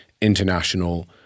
international